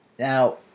Now